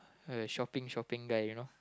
a shopping shopping guy you know